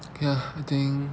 ya I think